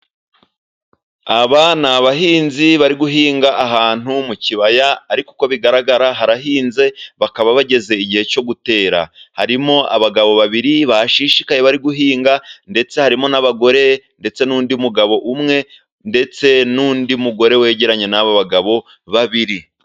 Aba ni abahinzi bari guhinga ahantu mu kibaya, ariko uko bigaragara harahinze bakaba bageze igihe cyo gutera, harimo abagabo babiri bashishikaye bari guhinga, ndetse harimo n'abagore ndetse n'undi mugabo umwe, ndetse n'undi mugore wegeranye n'abo bagabo babiri.